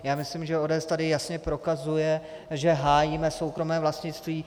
Já myslím, že ODS tady jasně prokazuje, že hájíme soukromé vlastnictví.